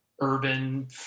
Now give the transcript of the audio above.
urban